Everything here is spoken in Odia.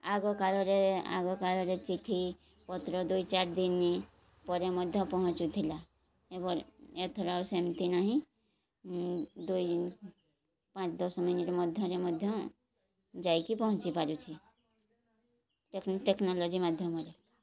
ଆଗକାଳରେ ଆଗ କାଳରେ ଚିଠି ପତ୍ର ଦୁଇ ଚାରି ଦିନ ପରେ ମଧ୍ୟ ପହଞ୍ଚୁଥିଲା ଏପରି ଏଥର ଆଉ ସେମିତି ନାହିଁ ଦୁଇ ପାଞ୍ଚ ଦଶ ମିନିଟ୍ ମଧ୍ୟରେ ମଧ୍ୟ ଯାଇକି ପହଞ୍ଚି ପାରୁଛି ଟେକ୍ନୋଲୋଜି ମାଧ୍ୟମରେ